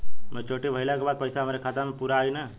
Maturity भईला के बाद पईसा हमरे खाता म पूरा आई न?